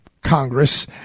Congress